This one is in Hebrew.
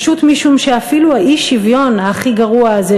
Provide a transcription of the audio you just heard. פשוט משום שאפילו האי-שוויון הכי גרוע הזה,